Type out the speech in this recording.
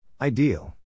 Ideal